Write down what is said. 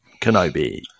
Kenobi